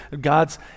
God's